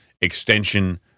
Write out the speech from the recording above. extension